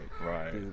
right